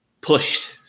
pushed